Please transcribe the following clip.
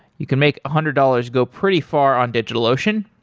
you can make a hundred dollars go pretty far on digitalocean.